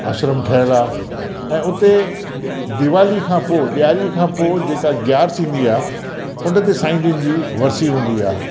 आश्रम ठहियलु आहे ऐं उते दि दिवाली खां पोइ ॾियारी खां पोइ जेकी ग्यारिसि ईंदी आहे उन ते साईं जन जी वर्सी हूंदी आहे